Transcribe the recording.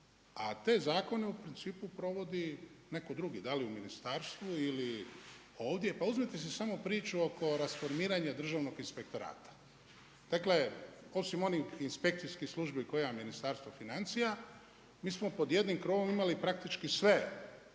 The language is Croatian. a te zakone u principu provodi netko drugi, da li u ministarstvu ili ovdje. Pa uzmite si samo priču oko rasformiranja državnog inspektorata. Dakle, osim onih inspekcijskih službi koja Ministarstva financija, mi smo pod jednim krovom imali praktički sve